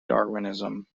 darwinism